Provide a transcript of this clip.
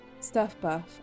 stuffbuff